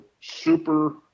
super